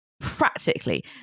practically